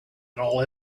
all